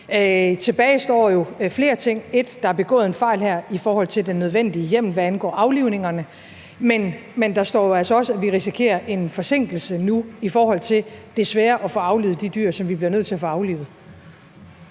Tilbage står jo flere ting: Der er begået en fejl her i forhold til den nødvendige hjemmel, hvad angår aflivningerne. Men der står jo altså også, at vi risikerer en forsinkelse nu i forhold til – desværre – at få aflivet de dyr, som vi bliver nødt til at få aflivet.